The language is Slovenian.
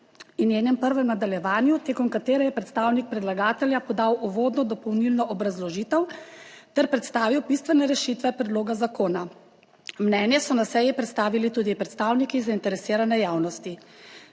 in njenem prvem nadaljevanju, tekom katerega je predstavnik predlagatelja podal uvodno dopolnilno obrazložitev ter predstavil bistvene rešitve predloga zakona. Mnenja so na seji predstavili tudi predstavniki zainteresirane javnosti.